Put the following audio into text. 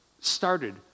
started